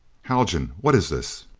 haljan! what is this?